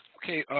okay,